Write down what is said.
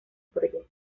proyecto